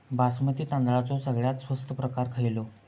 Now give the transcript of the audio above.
बासमती तांदळाचो सगळ्यात स्वस्त प्रकार खयलो?